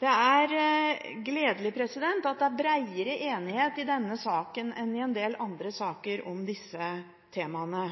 Det er gledelig at det er bredere enighet i denne saken enn i en del andre saker om disse temaene.